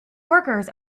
workers